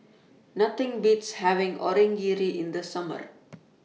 Nothing Beats having Onigiri in The Summer